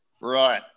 right